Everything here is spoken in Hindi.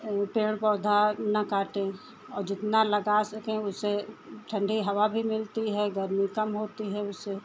और यह पेड़ पौधा न काटें और जितना लगा सकें उससे ठण्डी हवा भी मिलती है गर्मी कम होती है उससे